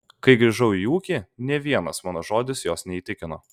kai grįžau į ūkį nė vienas mano žodis jos neįtikino